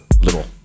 Little